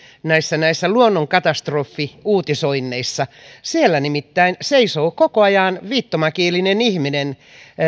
näissä näissä luonnonkatastrofiuutisoinneissa siellä nimittäin seisoo koko ajan viittomakielinen ihminen